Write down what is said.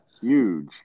Huge